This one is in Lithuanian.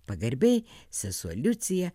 pagarbiai sesuo liucija